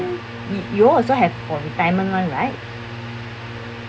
you you all also have for retirement one right